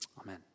Amen